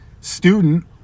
student